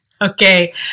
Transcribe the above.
Okay